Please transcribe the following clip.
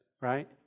right